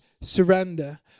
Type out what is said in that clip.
surrender